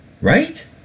right